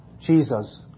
Jesus